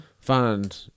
find